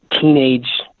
teenage